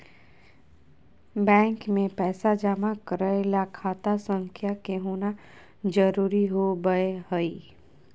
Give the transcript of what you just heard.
bank मे पैसा जमा करय ले खाता संख्या के होना जरुरी होबय हई